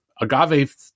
agave